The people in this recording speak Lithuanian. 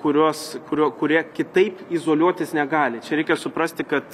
kurios kurio kurie kitaip izoliuotis negali čia reikia suprasti kad